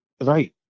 Right